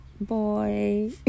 boy